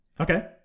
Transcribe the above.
Okay